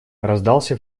раздался